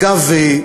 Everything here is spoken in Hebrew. אגב,